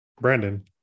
Brandon